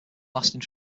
lasting